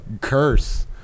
curse